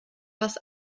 was